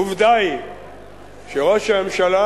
עובדה היא שראש הממשלה,